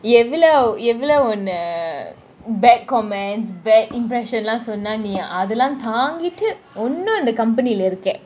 எவ்ளோ எவ்ளோ உன்ன :evlo evlo unna bad comments bad impression லாம் சொன்னான் நீ முதலாம் தங்கிட்டு இன்னும் இந்த :lam sonnan nee athalam thaangitu inum intha company lah இருக்க :iruka